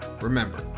remember